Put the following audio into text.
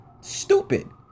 Stupid